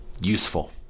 useful